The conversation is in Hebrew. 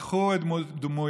לקחו את דמויותיהם